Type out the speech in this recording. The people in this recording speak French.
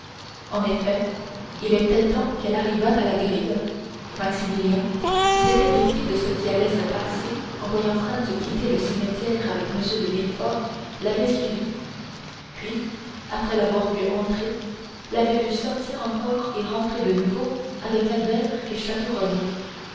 en effet il était temps qu'elle arrivât à la grille maximilien qui s'était douté de ce qui allait se passer en voyant franz quitter le cimetière avec m de villefort l'avait suivi puis après l'avoir vu entrer l'avait vu sortir encore et rentrer de nouveau avec albert et